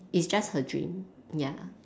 it's just her dream ya